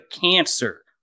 cancer